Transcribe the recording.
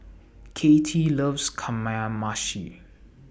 Kattie loves Kamameshi